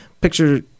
picture